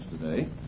today